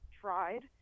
tried